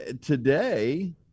today